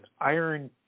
iron